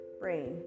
brain